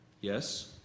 Yes